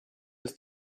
ist